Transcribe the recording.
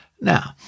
Now